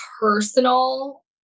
personal